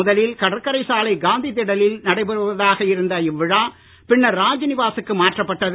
முதலில் கடற்கரை சாலை காந்தி திடலில் நடைபெறுவதாக இருந்த இவ்விழா பின்னர் ராஜ்நிவாசுக்கு மாற்றப்பட்டது